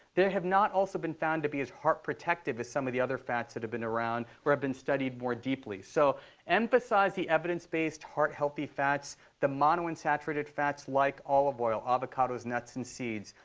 they have not also been found to be as heart protective as some of the other fats that have been around or have been studied more deeply. so emphasize the evidence-based, heart-healthy fats, the monounsaturated fats like olive oil, avocados, nuts, and seeds,